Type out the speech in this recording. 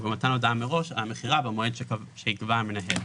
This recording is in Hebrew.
ובמתן הודעה מראש על המכירה במעוד שיקבע המנהל".